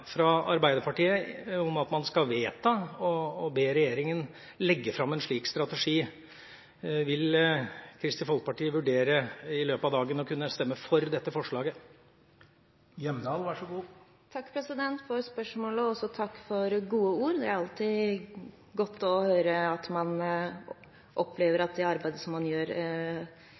fra Arbeiderpartiet og Senterpartiet om at man skal vedta å be regjeringen legge fram en slik strategi. Vil Kristelig Folkeparti i løpet av dagen vurdere å kunne stemme for dette forslaget? Takk for spørsmålet og takk for gode ord. Det er alltid godt å høre at man opplever at det arbeidet man gjør,